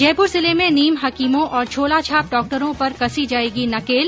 जयपुर जिले में नीम हकीमों और झोला छाप डॉक्टरों पर कसी जायेगी नकेल